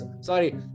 sorry